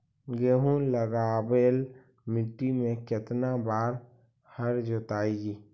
गेहूं लगावेल मट्टी में केतना बार हर जोतिइयै?